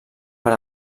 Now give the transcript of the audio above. per